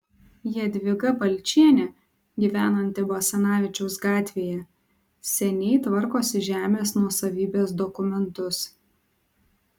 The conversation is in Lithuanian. jadvyga balčienė gyvenanti basanavičiaus gatvėje seniai tvarkosi žemės nuosavybės dokumentus